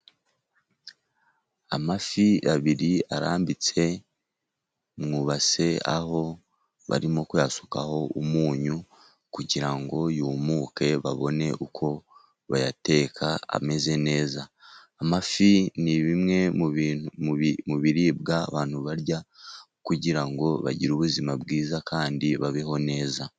Amafi abiri arambitse mu ibase, aho bari kuyasukaho umunyu, kugira ngo yumuke babone uko bayateka ameze neza, amafi n'ibimwe mu biribwa abantu barya, kugira ngo bagire ubuzima bwiza kandi babeho neza.